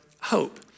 hope